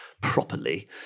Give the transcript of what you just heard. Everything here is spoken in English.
properly